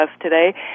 today